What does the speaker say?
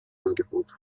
angebot